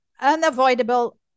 unavoidable